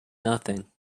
nothing